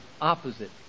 opposite